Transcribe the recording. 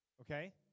Okay